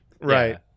Right